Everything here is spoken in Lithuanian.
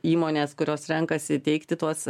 įmonės kurios renkasi teikti tuos